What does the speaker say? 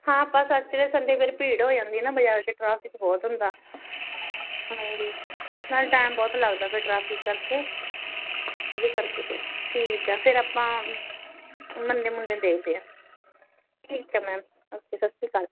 ਹਾਂ ਆਪਾਂ Saturday Sunday ਫਿਰ ਭੀੜ ਹੋ ਜਾਂਦੀ ਨਾ ਬਜਾਰ ਚ ਟਰਾਫਿਕ ਬਹੁਤ ਹੁੰਦਾ ਹਾਂਜੀ ਨਾਲੇ ਟਾਈਮ ਬਹੁਤ ਲੱਗਦਾ ਫਿਰ ਟ੍ਰੈਫਿਕ ਕਰਕੇ ਇਹਦੇ ਕਰਕੇ ਫਿਰ ਠੀਕ ਆ ਫਿਰ ਆਪਾਂ ਮੰਡੇ ਮੁੰਡੇ ਨੂੰ ਦੇਖਦੇ ਆਂ ਠੀਕ ਆ ਮੈਮ ਓਕੇ ਸੱਸਰੀਕਾਲ